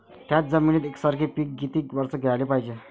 थ्याच जमिनीत यकसारखे पिकं किती वरसं घ्याले पायजे?